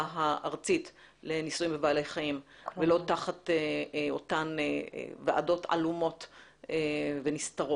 הארצית לניסויים בבעלי חיים ולא תחת אותן ועדות עלומות ונסתרות.